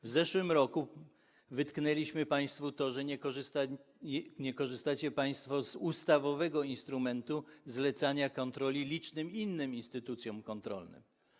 W zeszłym roku wytknęliśmy państwu, że nie korzystacie państwo z ustawowego instrumentu zlecania kontroli licznym innym instytucjom kontrolnym.